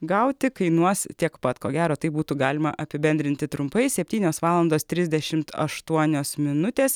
gauti kainuos tiek pat ko gero taip būtų galima apibendrinti trumpai septynios valandos trisdešimt aštuonios minutės